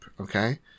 okay